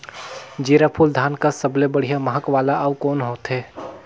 जीराफुल धान कस सबले बढ़िया महक वाला अउ कोन होथै?